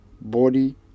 body